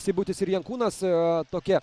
seibutis ir jankūnas a tokia